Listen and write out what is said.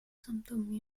symptômes